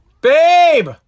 Babe